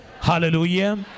Hallelujah